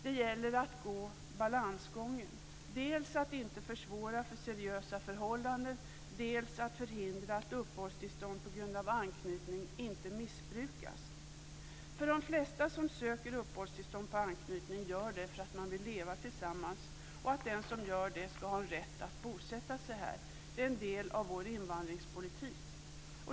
Det gäller att gå balansgången, dels att inte försvåra för seriösa förhållanden, dels att förhindra att uppehållstillstånd på grund av anknytning inte missbrukas. De flesta som söker uppehållstillstånd på anknytning gör det för att man vill leva tillsammans och för att den som gör det ska ha rätt att bosätta sig här. Det är en del av vår invandringspolitik.